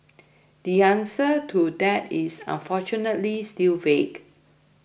the answer to that is unfortunately still vague